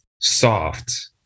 soft